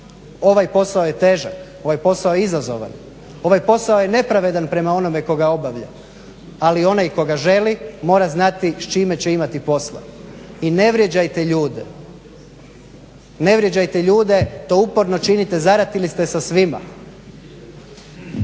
Ovaj posao je težak. Ovaj posao je izazovan. Ovaj posao je nepravedan prema onome tko ga obavlja ali onaj tko ga želi mora znati s čime će imati posla. I ne vrijeđajte ljude. Ne vrijeđajte ljude, to uporno činite, zaratili ste sa svima.